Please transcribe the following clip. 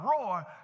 roar